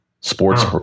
sports